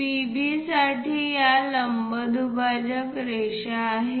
PB साठी या लंब दुभाजक रेषा आहेत